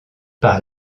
par